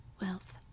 wealth